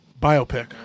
Biopic